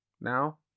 now